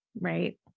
Right